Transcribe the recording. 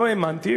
לא האמנתי,